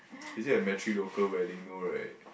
is it a metrilocal wedding no right